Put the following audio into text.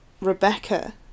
Rebecca